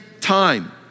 time